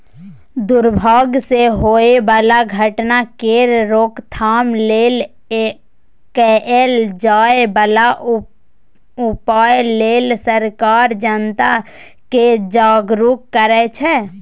दुर्भाग सँ होए बला घटना केर रोकथाम लेल कएल जाए बला उपाए लेल सरकार जनता केँ जागरुक करै छै